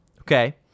Okay